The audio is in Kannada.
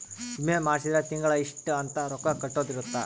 ವಿಮೆ ಮಾಡ್ಸಿದ್ರ ತಿಂಗಳ ಇಷ್ಟ ಅಂತ ರೊಕ್ಕ ಕಟ್ಟೊದ ಇರುತ್ತ